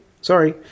Sorry